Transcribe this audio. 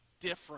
different